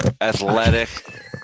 athletic